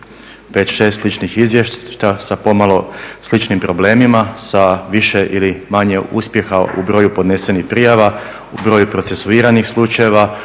šest sličnih izvještaja sa pomalo sličnim problemima, sa više ili manje uspjeha u broju podnesenih prijava, u broju procesuiranih slučajeva,